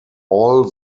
all